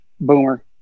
Boomer